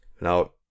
Now